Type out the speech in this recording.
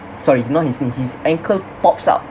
sorry not his knee his ankle pops out